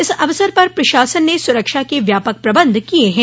इस अवसर पर प्रशासन ने सुरक्षा के व्यापक प्रबंध किये गये हैं